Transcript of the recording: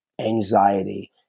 anxiety